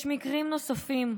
יש מקרים נוספים,